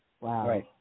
Wow